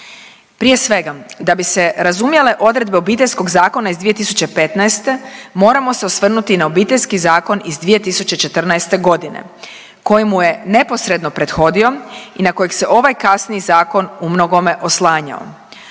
Prije svega, da bi se razumjele odredbe Obiteljskog zakona iz 2015., moramo se osvrnuti na Obiteljski zakon iz 2014. g. koji mu je neposredno prethodio i na kojeg se ovaj kasniji zakon u mnogome oslanjao.